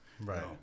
Right